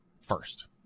first